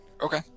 Okay